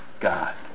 God